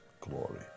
glory